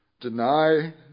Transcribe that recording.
Deny